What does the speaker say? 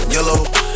Yellow